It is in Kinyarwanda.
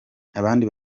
abandi